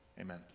amen